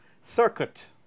Circuit